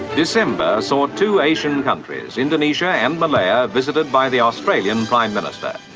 december saw two asian countries, indonesia and malaya, visited by the australian prime minister.